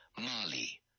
Mali